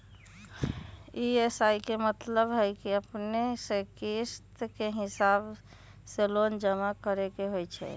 EMI के मतलब है कि अपने के किस्त के हिसाब से लोन जमा करे के होतेई?